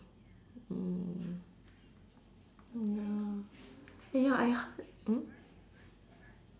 mm ya eh ya I heard